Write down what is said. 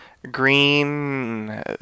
Green